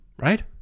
right